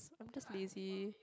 I'm just lazy